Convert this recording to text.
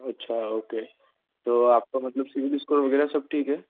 अच्छा ओके तो आपका मतलब सिबिल स्कोर वग़ैरह सब ठीक है